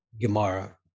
Gemara